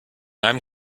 einem